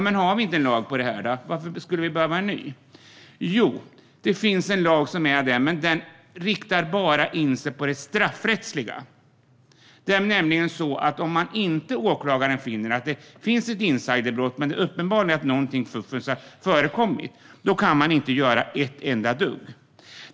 Men har vi inte en lag om detta? Varför skulle vi behöva en ny? Jo, det finns en lag om detta, men den riktar bara in sig på det straffrättsliga. Om åklagaren finner att inget insiderbrott har begåtts men att något fuffens uppenbarligen har förekommit kan man inte göra ett enda dugg.